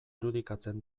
irudikatzen